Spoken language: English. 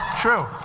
True